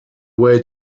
way